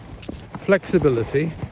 flexibility